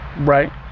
Right